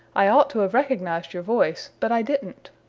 i ought to have recognized your voice, but i didn't.